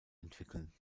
entwickeln